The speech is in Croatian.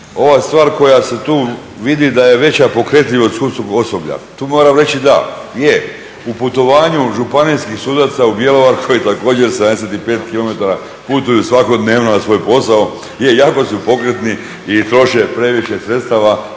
ova stvar koja se tu vidi da je veća pokretljivost sudskog osoblja tu moram reći da, je. U putovanju županijskih sudaca u bjelovarskoj također 75 km putuju svakodnevno na svoj posao. Je, jako su pokretni i troše previše sredstava